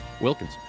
Wilkins